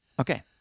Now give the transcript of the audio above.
Okay